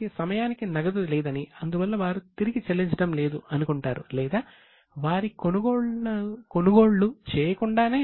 వారికి సమయానికి నగదు లేదని అందువల్ల వారు తిరిగి చెల్లించడం లేదు అనుకుంటారు లేదా వారు కొనుగోళ్లు చేయకుండానే